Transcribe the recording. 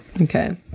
Okay